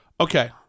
Okay